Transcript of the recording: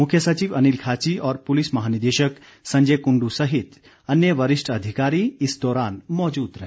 मुख्य सचिव अनिल खाची और पुलिस महानिदेशक संजय कुंडू सहित अन्य वरिष्ठ अधिकारी इस दौरान मौजूद रहे